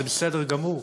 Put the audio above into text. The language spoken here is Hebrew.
זה בסדר גמור,